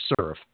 serve